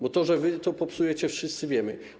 Bo to, że wy to popsujecie, wszyscy wiemy.